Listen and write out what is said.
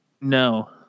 No